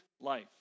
life